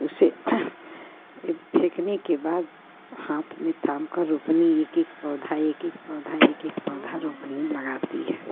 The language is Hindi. उसे ए फेकने के बाद हाथ में थाम कर रोपनी एक एक पौधा एक एक पौधा एक एक पौधा रोपनी लगाती है